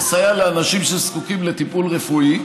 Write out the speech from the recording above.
לסייע לאנשים שזקוקים לטיפול רפואי,